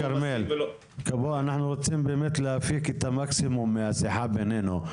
אנחנו רוצים להפיק באמת את המקסימום מהשיחה בינינו,